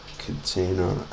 container